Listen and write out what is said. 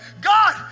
God